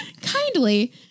Kindly